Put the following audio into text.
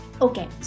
Okay